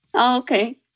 Okay